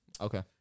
Okay